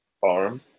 Farm